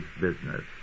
business